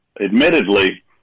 admittedly